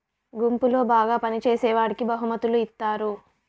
గుంపులో బాగా పని చేసేవాడికి బహుమతులు ఇత్తారు